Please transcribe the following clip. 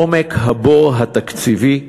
עומק הבור התקציבי,